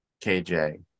KJ